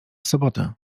sobotę